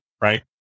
right